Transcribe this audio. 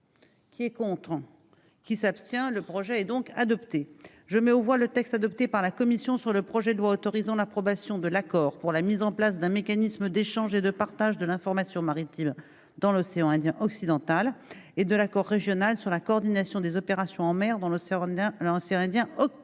qui est contre qui s'abstient le projet et donc adopté je mets aux voix le texte adopté par la commission sur le projet de loi autorisant l'approbation de l'accord pour la mise en place d'un mécanisme d'échange et de partage de l'information maritime dans l'océan Indien occidentale et de la cour régionale sur la coordination des opérations en mer dans l'océan Indien lancé